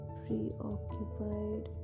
preoccupied